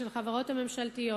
של חברות ממשלתיות.